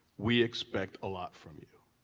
we expect a lot from you.